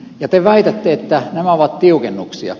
ja te väitätte että nämä ovat tiukennuksia